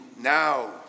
now